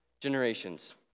generations